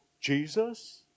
Jesus